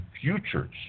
futures